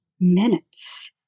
minutes